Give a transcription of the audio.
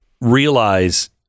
realize